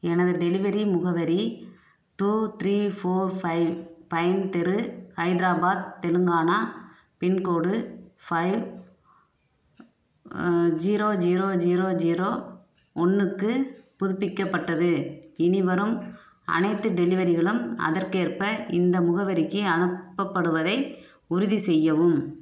எனது டெலிவரி முகவரி two three four five pine தெரு Hyderabad Telangana pincode five zero zero zero zero ஒன்றுக்கு புதுப்பிக்கப்பட்டது இனி வரும் அனைத்து டெலிவரிகளும் அதற்கேற்ப இந்த முகவரிக்கு அனுப்பப்படுவதை உறுதிசெய்யவும்